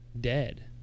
dead